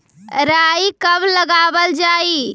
राई कब लगावल जाई?